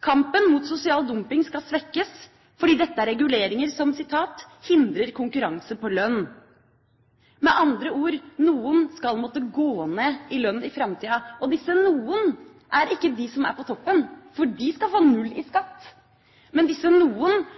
Kampen mot sosial dumping skal svekkes, fordi dette er reguleringer som «hindrer konkurranse på lønn». Med andre ord: Noen skal måtte gå ned i lønn i framtida. Og disse «noen» er ikke de som er på toppen, for de skal få null i skatt, men disse